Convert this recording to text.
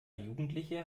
jugendliche